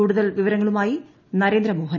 കൂടുതൽ വിവരങ്ങളുമായി നൂര്യേന്ദ്ര മോഹൻ